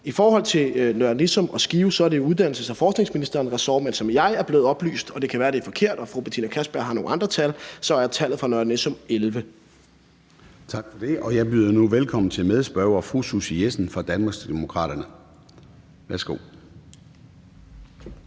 I forhold til Nørre Nissum og Skive er det uddannelses- og forskningsministerens ressort, men som jeg er blevet oplyst – det kan være, det er forkert, og at fru Betina Kastbjerg har nogle andre tal – så er tallet for Nørre Nissum 11. Kl. 14:06 Formanden (Søren Gade): Tak for det. Og jeg byder nu velkommen til medspørger fru Susie Jessen fra Danmarksdemokraterne. Værsgo.